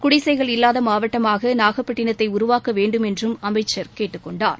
குடிசைகள் இல்லாத மாவட்டமாக நாகப்பட்டினத்தை உருவாக்க வேண்டும் என்றும் அமைச்சர் கேட்டுக் கொண்டார்